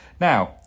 Now